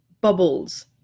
bubbles